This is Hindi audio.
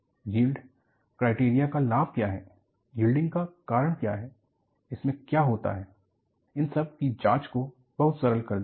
यील्ड क्राइटेरिया का लाभ क्या है यील्डिंग का कारण क्या है इसमें क्या होता है इन सब की जांच को बहुत सरल कर दिया है